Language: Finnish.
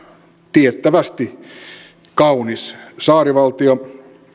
tiettävästi kaunis saarivaltio